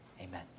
amen